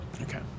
Okay